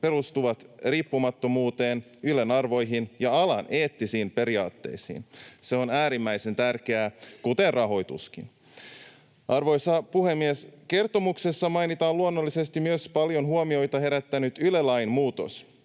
perustuvat riippumattomuuteen, Ylen arvoihin ja alan eettisiin periaatteisiin.” Se on äärimmäisen tärkeää, kuten rahoituskin. Arvoisa puhemies! Kertomuksessa mainitaan luonnollisesti myös paljon huomiota herättänyt Yle-lain muutos,